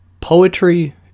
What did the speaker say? Poetry